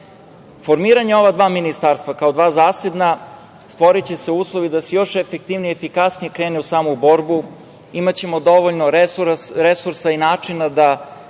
godinu. Formiranjem ova dva ministarstva kao dva zasebna, stvoriće se uslovi da se još efektivnije, efikasnije krene u samu borbu, imaćemo dovoljno resursa i načina da